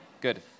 Good